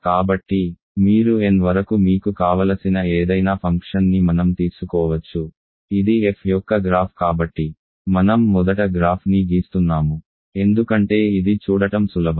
కాబట్టి మీరు n వరకు మీకు కావలసిన ఏదైనా ఫంక్షన్ని మనం తీసుకోవచ్చు ఇది f యొక్క గ్రాఫ్ కాబట్టి మనం మొదట గ్రాఫ్ని గీస్తున్నాము ఎందుకంటే ఇది చూడటం సులభం